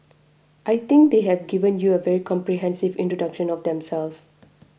I think they have given you a very comprehensive introduction of themselves